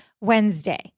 Wednesday